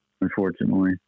unfortunately